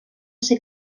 ser